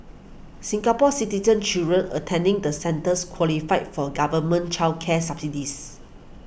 Singapore Citizen children attending the centres qualify for government child care subsidies